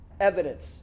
evidence